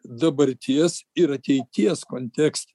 dabarties ir ateities kontekste